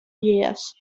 years